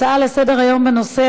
הצעה לסדר-היום מס' 7522,